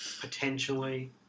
potentially